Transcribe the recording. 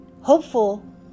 hopeful